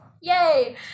Yay